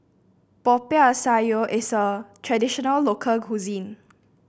Popiah Sayur is a traditional local cuisine